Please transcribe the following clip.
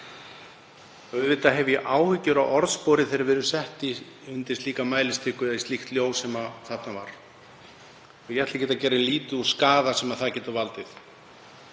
Auðvitað hef ég áhyggjur af orðspori þegar við erum sett undir slíka mælistiku eða í slíkt ljós sem þarna var. Ég ætla ekkert að gera lítið úr skaða sem það getur valdið.